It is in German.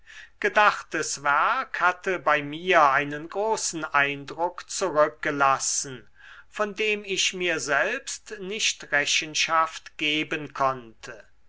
gedachtes werk hatte bei mir einen großen eindruck zurückgelassen von dem ich mir selbst nicht rechenschaft geben konnte